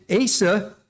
asa